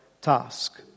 task